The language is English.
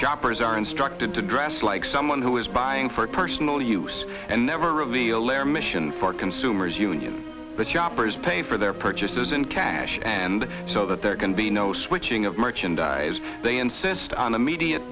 shoppers are instructed to dress like someone who is buying for personal use and never reveal their mission for consumers union but shoppers pay for their purchases in cash and so that there can be no switching of merchandise they insist on immedia